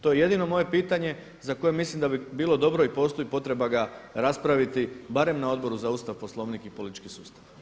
To je jedino moje pitanje za koje mislim da bi bilo dobro i postoji potreba ga raspraviti barem na Odboru za Ustav, Poslovnik i politički sustav.